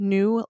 New